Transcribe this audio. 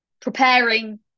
preparing